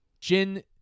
Jin